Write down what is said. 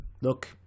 look